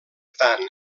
tant